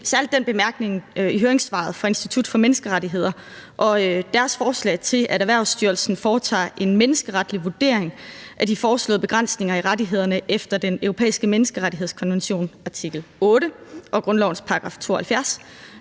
særlig den bemærkning i høringssvaret fra Institut for Menneskerettigheder og deres forslag til, at Erhvervsstyrelsen foretager en menneskeretlig vurdering af de foreslåede begrænsninger i rettighederne efter Den Europæiske Menneskerettighedskonventions artikel 8 og